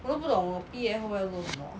我都不懂我毕业后要做什么